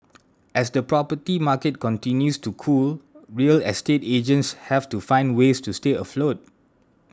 as the property market continues to cool real estate agents have to find ways to stay afloat